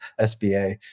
SBA